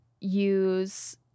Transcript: use